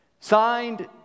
Signed